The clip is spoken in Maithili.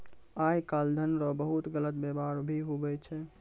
आय काल धन रो बहुते गलत वेवहार भी हुवै छै